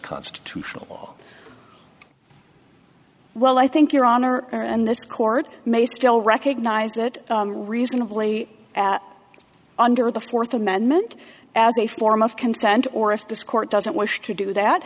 constitutional well i think your honor and this court may still recognize it reasonably at under the fourth amendment as a form of consent or if this court doesn't wish to do that